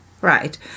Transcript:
Right